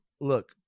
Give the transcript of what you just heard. Look